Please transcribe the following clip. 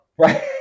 Right